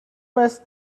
was